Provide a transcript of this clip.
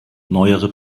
neuere